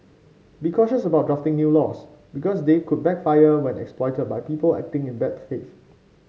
be cautious about drafting new laws because they could backfire when exploited by people acting in bad faith